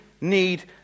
need